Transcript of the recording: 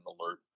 alert